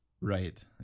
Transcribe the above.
Right